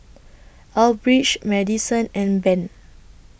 Elbridge Madisen and Ben